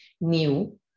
new